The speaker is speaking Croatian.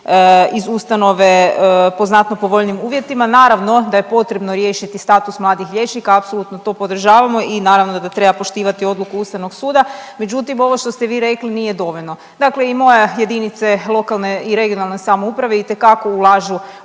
iz ustanove po znatno povoljnijim uvjetima. Naravno da je potrebno riješiti status mladih liječnika, apsolutno to podržavamo i naravno da treba poštivati odluku Ustavnog suda, međutim ovo što ste vi rekli nije dovoljno. Dakle i moja jedinice lokalne i regionalne samouprave itekako ulažu